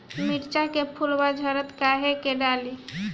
मिरचा के फुलवा झड़ता काहे का डाली?